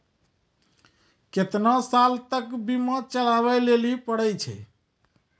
केतना साल तक बीमा चलाबै लेली पड़ै छै?